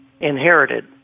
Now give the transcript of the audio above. inherited